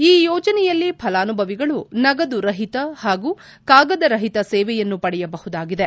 ಈ ಯೋಜನೆಯಲ್ಲಿ ಫಲಾನುಭವಿಗಳು ನಗದು ರಹಿತ ಹಾಗೂ ಕಾಗದ ರಹಿತ ಸೇವೆಯನ್ನು ಪಡೆಯಬಹುದಾಗಿದೆ